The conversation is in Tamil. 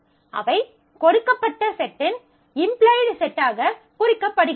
அவை கொடுக்கப்பட்ட செட்டின் இம்ப்ளைடு செட்டாகக் குறிக்கப்படுகின்றன